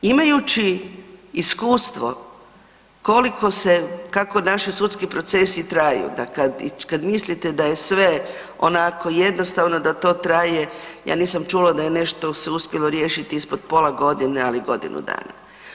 Imajući iskustvo koliko se, kako naši sudski procesi traju, da kad mislite da je sve onako jednostavno, da to traje, ja nisam čula da se nešto se uspjelo riješiti ispod pola godine ali i godinu dana.